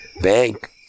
bank